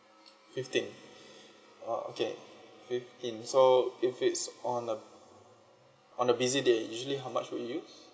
fifteen oh okay fifteen so if it's on a on a busy day usually how much will you use